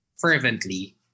fervently